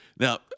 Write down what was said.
Now